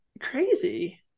crazy